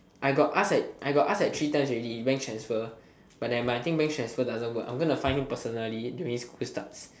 I got ask like I got ask like three times already bank transfer but nevermind I think bank transfer doesn't work I gonna find him personally when school starts